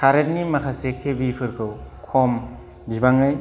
कारेन्तनि माखासे केबिफोरखौ खम बिबाङै